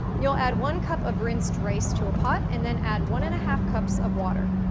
you'll add one cup of rinsed rice to a pot and then add one and a half cups of water.